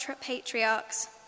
patriarchs